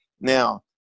Now